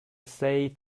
say